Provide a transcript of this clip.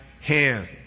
hand